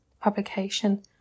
publication